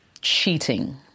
cheating